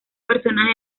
personaje